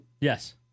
Yes